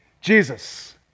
jesus